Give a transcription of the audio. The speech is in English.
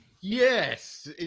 Yes